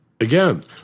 Again